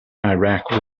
iraq